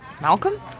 Malcolm